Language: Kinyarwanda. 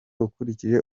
ukurikije